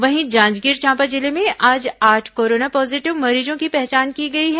वहीं जांजगीर चांपा जिले में आज आठ कोरोना पॉजीटिव मरीजों की पहचान की गई है